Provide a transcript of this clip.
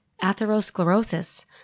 atherosclerosis